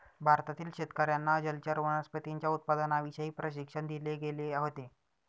भारतातील शेतकर्यांना जलचर वनस्पतींच्या उत्पादनाविषयी प्रशिक्षण दिले गेले होते